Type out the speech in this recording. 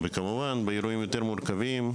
כמובן שיש גם מקרים מורכבים יותר,